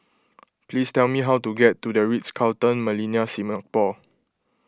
please tell me how to get to the Ritz Carlton Millenia Singapore